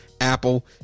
Apple